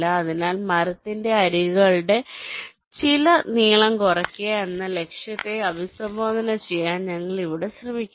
അതിനാൽ മരത്തിന്റെ അരികുകളുടെ ചില നീളം കുറയ്ക്കുക എന്ന ലക്ഷ്യത്തെ അഭിസംബോധന ചെയ്യാൻ ഞങ്ങൾ ഇവിടെ ശ്രമിക്കുന്നു